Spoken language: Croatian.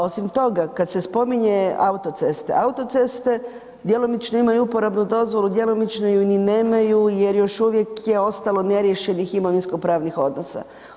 Osim toga kad se spominje autoceste, autoceste djelomično imaju uporabnu dozvolu, djelomično ju ni nemaju jer još uvijek je ostalo neriješenih imovinsko pravnih odnosa.